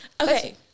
Okay